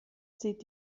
zieht